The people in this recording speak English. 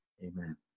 Amen